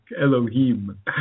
Elohim